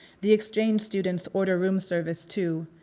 the exchange students order room service too,